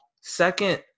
second